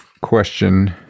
question